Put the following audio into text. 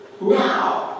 now